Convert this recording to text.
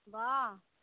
वाह